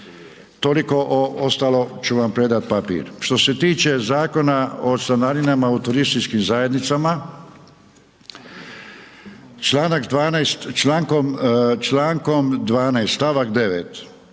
Toliko o ostalo ću vam predati papir. Što se tiče zakona o članarinama u turističkim zajednicama Članak 12. Člankom